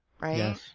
right